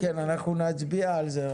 כן, אנחנו נצביע על זה.